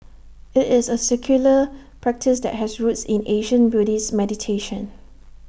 IT is A secular practice that has roots in ancient Buddhist meditation